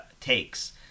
takes